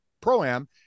pro-am